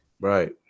Right